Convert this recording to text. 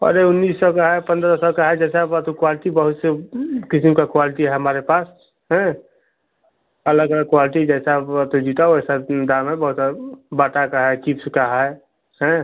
अरे उन्नीस सौ का है पन्द्रह सौ का है जैसा बा तो क्वालटी बहुत से किस्म का क्वालिटी है हमारे पास हें अलग अलग क्वालटी जैसा अब वा तो जूता वैसा दाम बाटा का है चिप्स का है हाँ